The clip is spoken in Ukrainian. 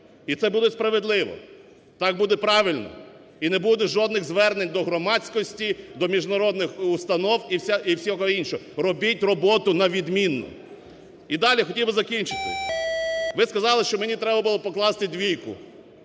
І це буде справедливо, так буде правильно і не буде жодних звернень до громадськості, до міжнародних установ і всього іншого. Робіть роботу на відмінно. І далі хотів би закінчити. Ви сказали, що мені треба було б покласти двійку.